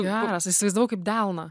geras įsivaizdavau kaip delną